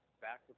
back